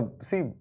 see